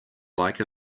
like